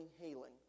healing